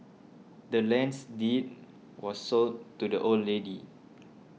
the land's deed was sold to the old lady